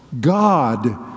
God